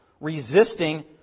resisting